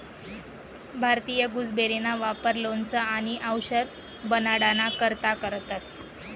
भारतीय गुसबेरीना वापर लोणचं आणि आवषद बनाडाना करता करतंस